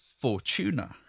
Fortuna